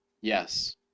Yes